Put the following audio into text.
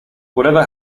whatever